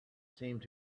seemed